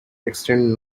extend